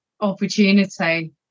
opportunity